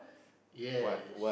yes